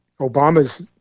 Obama's